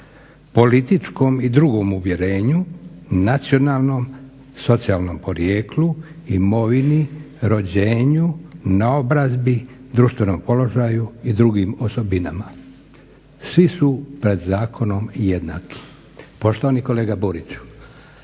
političkom i drugom uvjerenju, nacionalnom, socijalnom porijeklu, imovini, rođenju, naobrazbi, društvenom položaju i drugim osobinama. Svi su pred zakonom jednaki." Poštovani kolega Buriću